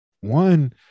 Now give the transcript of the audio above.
one